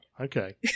Okay